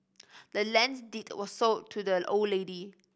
the land's deed was sold to the old lady